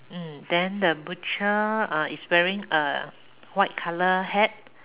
mm then the butcher uh is wearing a white color hat